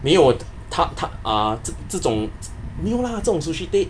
没有他他 uh 这这种没有 lah 那种 sushi tei